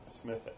Smith